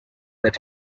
that